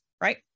right